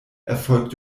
erfolgt